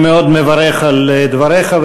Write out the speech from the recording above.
אני מאוד מברך על דבריך,